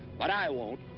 but i won't.